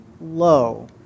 low